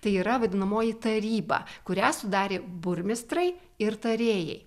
tai yra vadinamoji taryba kurią sudarė burmistrai ir tarėjai